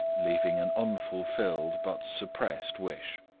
leaving an unfulfilled but suppressed wish.